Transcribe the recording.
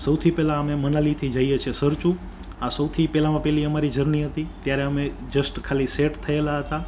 સૌથી પહેલાં અમે મનાલીથી જઈએ છીએ સરચુ આ સૌથી પહેલાંમાં પહેલી અમારી જર્ની હતી ત્યારે અમે જસ્ટ ખાલી સેટ થયેલા હતા